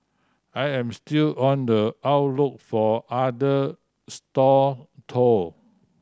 I am still on the outlook for other stall though